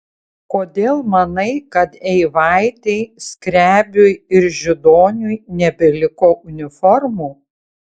kodėl manai kad eivaitei skrebiui ir židoniui nebeliko uniformų